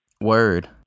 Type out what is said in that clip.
Word